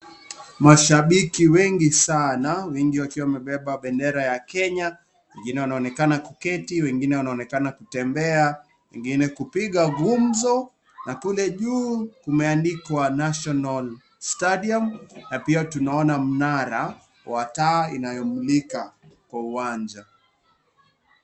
Mashabiki wengi sana, wengi wakiwa wamebeba bendera ya Kenya, wengine wanaonekana kuketi wengine wanaonekana kutembea, wengine kupiga gumzo na kule juu kumeandikwa National Stadium, na pia tunaona mnara wa taa inayomulika kwa uwanja.